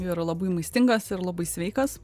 ir labai maistingas ir labai sveikas